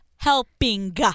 helping